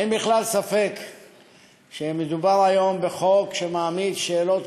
אין בכלל ספק שמדובר היום בחוק שמעמיד שאלות